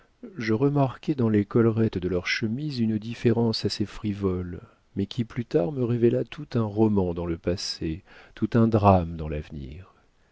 je remarquai dans les collerettes de leurs chemises une différence assez frivole mais qui plus tard me révéla tout un roman dans le passé tout un drame dans l'avenir